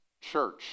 church